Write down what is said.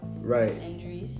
right